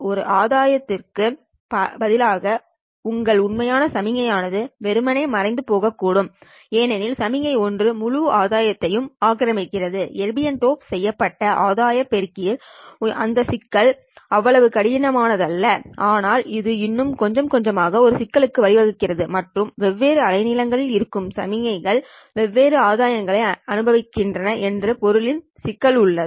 ஒரு ஆதாயம்க்கு பதிலாக உங்கள் உண்மையான சமிக்ஞை ஆனது வெறுமனே மறைந்து போகக்கூடும் ஏனெனில் சமிக்ஞை ஒன்று முழு ஆதாயம்யும் ஆக்கிரமிக்கிறது எர்பியம் டோப் செய்யப்பட்ட ஆதாயம் பெருக்கியில் அந்த சிக்கல் அவ்வளவு கடுமையானதல்ல ஆனால் இது இன்னும் கொஞ்சம் கொஞ்சமாக ஒரு சிக்கலுக்கு வழிவகுக்கிறது மற்றும் வெவ்வேறு அலைநீளங்களில் இருக்கும் சமிக்ஞைகள் வெவ்வேறு ஆதாயங்களை அனுபவிக்கின்றன என்ற பொருளில் சிக்கல் உள்ளது